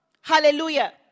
hallelujah